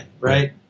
right